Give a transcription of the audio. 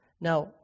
Now